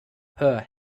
her